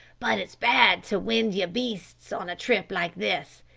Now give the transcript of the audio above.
but its bad to wind yer beasts on a trip like this,